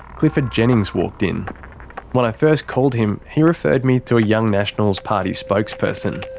clifford jennings walked in when i first called him, he referred me to a young nationals party spokesperson.